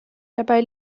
dabei